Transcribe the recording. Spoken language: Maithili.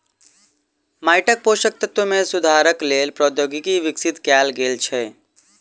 माइटक पोषक तत्व मे सुधारक लेल प्रौद्योगिकी विकसित कयल गेल छै